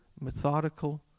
methodical